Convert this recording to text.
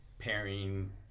Pairing